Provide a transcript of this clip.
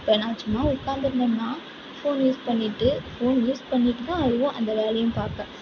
இப்போ என்னாச்சுன்னா உக்காந்துருந்தனா ஃபோன் யூஸ் பண்ணிகிட்டு ஃபோன் யூஸ் பண்ணிகிட்டு தான் அதுவும் அந்த வேலையும் பார்ப்பேன்